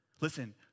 Listen